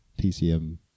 TCM